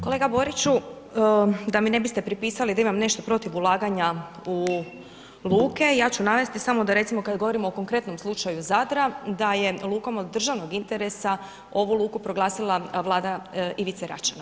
Kolega Boriću, da mi ne biste pripisali da imam nešto protiv ulaganja u luke, ja ću navesti samo da recimo, kada govorimo o konkretnom slučaju Zadra, da je lukom od državnog interesa, ovu luku proglasila vlada Ivice Račana.